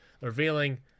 revealing